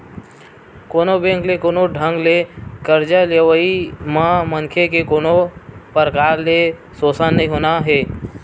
कोनो बेंक ले कोनो ढंग ले करजा लेवई म मनखे के कोनो परकार ले सोसन नइ होना हे